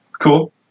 cool